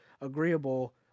agreeable